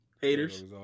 Haters